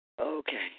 Okay